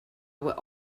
were